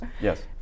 yes